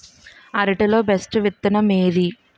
అరటి లో బెస్టు విత్తనం ఏది?